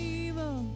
evil